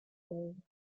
bearing